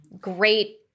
great